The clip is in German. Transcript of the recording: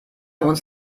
uns